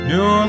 New